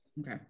Okay